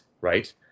right